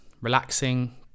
relaxing